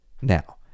Now